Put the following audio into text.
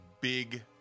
big